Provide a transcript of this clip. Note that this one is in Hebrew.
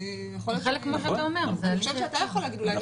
אולי לא סיכמתם אותן אבל מאז שהכנסתם את המדיניות הזאת